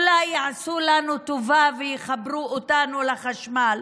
אולי יעשו לנו טובה ויחברו אותנו לחשמל,